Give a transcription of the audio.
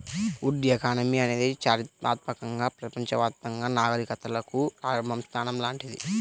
would economy అనేది చారిత్రాత్మకంగా ప్రపంచవ్యాప్తంగా నాగరికతలకు ప్రారంభ స్థానం లాంటిది